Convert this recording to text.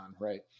right